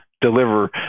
deliver